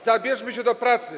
Zabierzmy się do pracy.